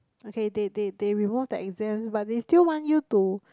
okay they they they remove the exams but they still want you to